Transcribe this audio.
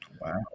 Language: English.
Wow